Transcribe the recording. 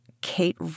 Kate